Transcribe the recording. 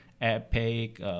epic